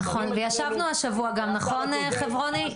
נכון וישבנו השבוע גם, נכון, חברוני?